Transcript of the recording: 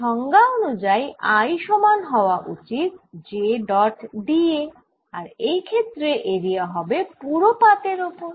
সংজ্ঞা অনুযায়ী I সমান হওয়া উচিত j ডট da আর এই ক্ষেত্রে এরিয়া হবে পুরো পাতের ওপর